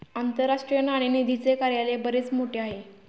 आंतरराष्ट्रीय नाणेनिधीचे कार्यालय बरेच मोठे आहे